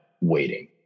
waiting